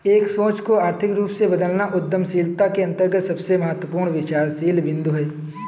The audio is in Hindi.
एक सोच को आर्थिक रूप में बदलना उद्यमशीलता के अंतर्गत सबसे महत्वपूर्ण विचारशील बिन्दु हैं